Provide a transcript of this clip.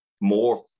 more